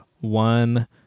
one